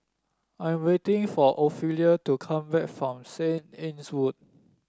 I am waiting for Ophelia to come back from Saint Anne's Wood